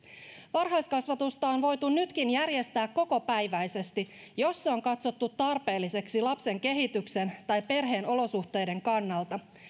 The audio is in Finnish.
varhaiskasvatusta on voitu nytkin järjestää kokopäiväisesti jos se on katsottu tarpeelliseksi lapsen kehityksen tai perheen olosuhteiden kannalta